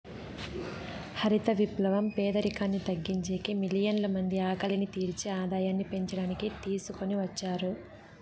హరిత విప్లవం పేదరికాన్ని తగ్గించేకి, మిలియన్ల మంది ఆకలిని తీర్చి ఆదాయాన్ని పెంచడానికి తీసుకొని వచ్చారు